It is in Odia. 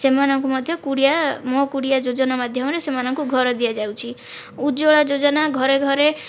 ସେମାନଙ୍କୁ ମଧ୍ୟ କୁଡ଼ିଆ ମୋ' କୁଡ଼ିଆ ଯୋଜନା ମାଧ୍ୟମରେ ସେମାନଙ୍କୁ ଘର ଦିଆଯାଉଛି ଉଜ୍ଜ୍ଵଳା ଯୋଜନା ଘରେ ଘରେ